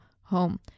home